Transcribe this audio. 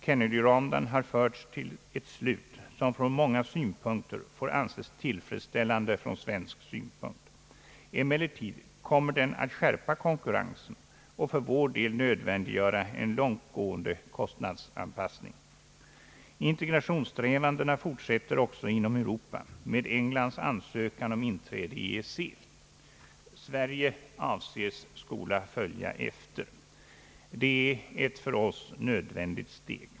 Kennedyronden har förts till ett slut som från många synpunkter får anses tillfredsställande för Sveriges del. Emellertid kommer den att skärpa konkurrensen och för vår del nödvändiggöra en längre gående kostnadsanpassning. Integrationssträvandena fortsätter också inom Europa med Englands ansökan om inträde i EEC. Sverige avses komma att följa efter. Det är ett för oss nödvändigt steg.